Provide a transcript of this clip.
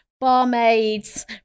barmaids